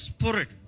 Spirit